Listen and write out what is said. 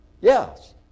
Yes